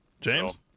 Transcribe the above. James